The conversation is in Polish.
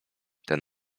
ten